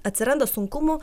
atsiranda sunkumų